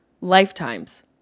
lifetimes